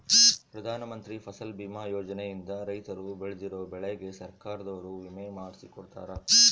ಪ್ರಧಾನ ಮಂತ್ರಿ ಫಸಲ್ ಬಿಮಾ ಯೋಜನೆ ಇಂದ ರೈತರು ಬೆಳ್ದಿರೋ ಬೆಳೆಗೆ ಸರ್ಕಾರದೊರು ವಿಮೆ ಮಾಡ್ಸಿ ಕೊಡ್ತಾರ